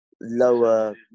lower